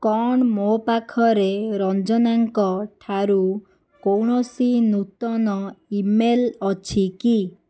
କ'ଣ ମୋ ପାଖରେ ରଞ୍ଜନାଙ୍କ ଠାରୁ କୌଣସି ନୂତନ ଇମେଲ୍ ଅଛି କି